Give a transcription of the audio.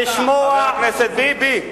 חבר הכנסת ביבי.